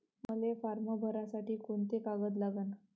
मले फारम भरासाठी कोंते कागद लागन?